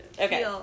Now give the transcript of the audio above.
okay